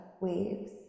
waves